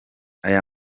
aya